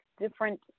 different